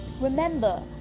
Remember